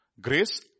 Grace